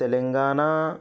Telangana